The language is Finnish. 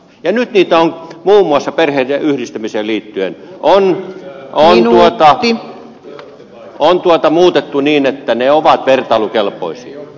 nyt niitä on muun muassa perheiden yhdistämiseen liit tyen muutettu niin että ne ovat vertailukelpoisia